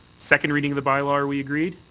second reading of the bylaw are we agreed?